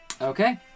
Okay